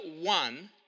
one